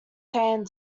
sand